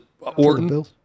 Orton